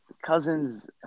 Cousins